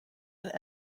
and